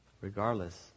regardless